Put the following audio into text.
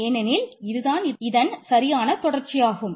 ஏனெனில் இதுதான் இதன் சரியான தொடர்ச்சியாகும்